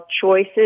choices